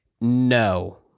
No